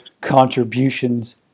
contributions